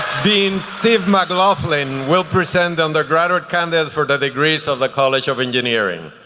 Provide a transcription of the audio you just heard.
dean steve mclaughlin will present the undergraduate candidates for the degrees of the college of engineering.